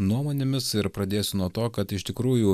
nuomonėmis ir pradėsiu nuo to kad iš tikrųjų